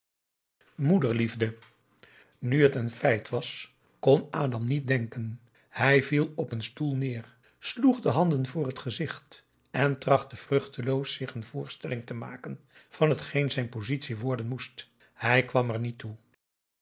moederliefde nu het een feit was kon adam niet denken hij viel op een stoel neer sloeg de handen voor het gezicht en trachtte vruchteloos zich een voorstelling te maken van hetgeen zijn positie worden moest hij kwam er niet toe